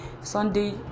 Sunday